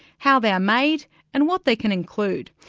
how they are made and what they can include.